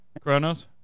Chronos